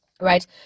right